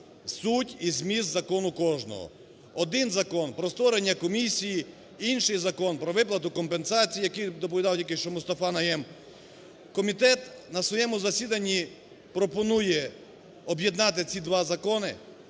суть і зміст закону кожного. Один закон про створення комісії, інший закон про виплату компенсацій, який доповідав тільки що Мустафа Найєм. Комітет на своєму засіданні пропонує об'єднати ці два закони